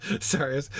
Sorry